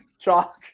chalk